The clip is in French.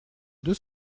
deux